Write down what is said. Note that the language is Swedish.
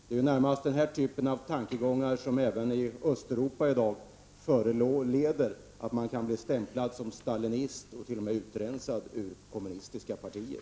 Det är närmast den här typen av tankegångar som i även Östeuropa föranleder att man kan bli stämplad som stalinist och t.o.m. utrensad ur kommunistiska partiet.